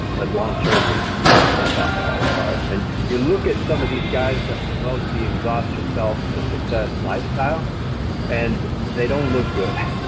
but long term you'll burn yourself out and fall apart, and you look at some of these guys that promote the exhaust yourself to success lifestyle and they don't look good.